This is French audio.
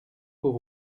pour